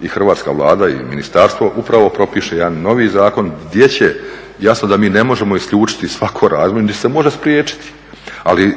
i Hrvatska Vlada i ministarstvo upravo propiše jedan novi zakon gdje će, jasno da mi ne možemo isključiti svako razbojništvo niti se može spriječiti, ali